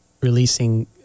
releasing